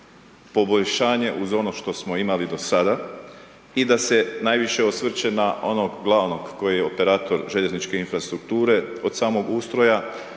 poboljšanje uz ono što smo imali do sada i da se najviše osvrće na onog glavnog koji je operator željezničke infrastrukture, od samog ustroja,